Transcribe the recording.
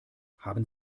haben